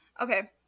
Okay